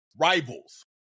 Rivals